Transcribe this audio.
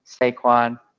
Saquon